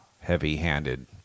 heavy-handed